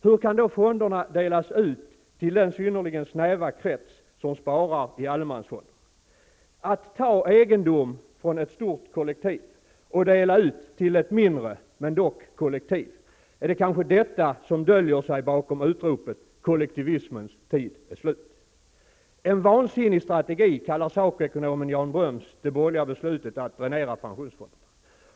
Hur kan då fonderna delas ut till den synnerligen snäva krets som sparar i allemansfonder? Att ta egendom från ett stort kollektiv och dela ut den till ett mindre, men ändå ett kollektiv, är det detta som döljer sig bakom utropet: Kollektivismens tid är slut? ''En vansinnig strategi'' kallar SACO-ekonomen Jan Bröms det borgerliga beslutet att dränera pensionsfonderna.